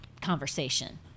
conversation